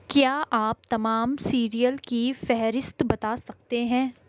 کیا آپ تمام سیریئل کی فہرست بتا سکتے ہیں